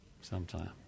sometime